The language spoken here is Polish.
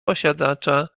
posiadacza